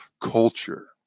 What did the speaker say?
culture